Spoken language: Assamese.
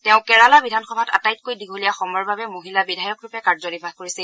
তেওঁ কেৰালা বিধানসভাত আটাইতকৈ দীঘলীয়া সময়ৰ বাবে মহিলা বিধায়কৰূপে কাৰ্যনিৰ্বাহ কৰিছিল